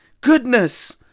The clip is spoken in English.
Goodness